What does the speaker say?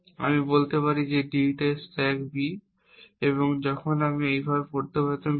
আমি বলতে পারি d এ স্ট্যাক b এবং যখন আমি এইভাবে প্রত্যাবর্তন করি